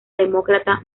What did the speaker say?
demócrata